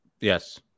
Yes